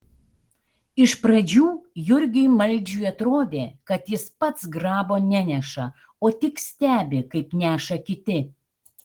iš pradžių jurgiui maldžiui atrodė kad jis pats grabo neneša o tik stebi kaip neša kiti